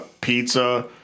pizza